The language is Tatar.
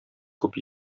күп